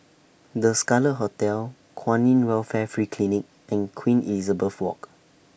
The Scarlet Hotel Kwan in Welfare Free Clinic and Queen Elizabeth Walk